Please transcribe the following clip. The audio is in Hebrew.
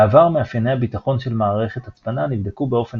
בעבר מאפייני הביטחון של מערכת הצפנה נבדקו באופן